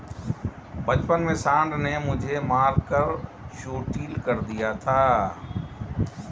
बचपन में सांड ने मुझे मारकर चोटील कर दिया था